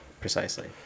Precisely